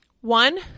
One